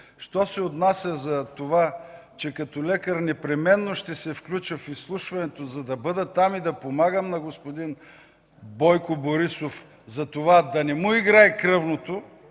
Що се отнася до това, като лекар непременно ще се включа в изслушването, за да бъда там и да помагам на господин Бойко Борисов да не му играе кръвното.